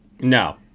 No